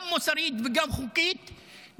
גם מוסרית וגם חוקית,